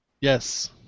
Yes